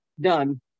done